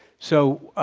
so,